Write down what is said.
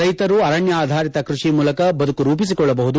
ರೈತರು ಅರಣ್ಯ ಆಧಾರಿತ ಕೃಷಿ ಮೂಲಕ ಬದುಕು ರೂಪಿಸಿಕೊಳ್ಳಬಹುದು